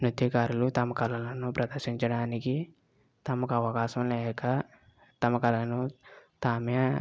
నృత్యకారులు తమ కళలను ప్రదర్శించడానికి తమకు అవకాశం లేక తమ కళలను తామే